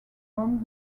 forum